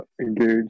engaged